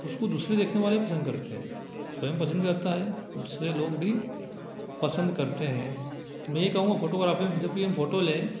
उसको दूसरे देखने वाले पसंद करते हैं स्वयं पसंद भी करता है दूसरे लोग भी पसंद करते हैं मैं यह कहूँगा फोटोग्राफी में जब हम फोटो लें